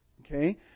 Okay